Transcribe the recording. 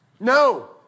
No